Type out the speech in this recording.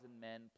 men